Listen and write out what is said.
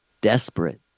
desperate